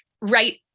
right